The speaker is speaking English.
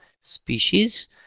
Species